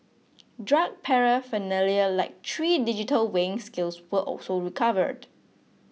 drug paraphernalia like three digital weighing scales were also recovered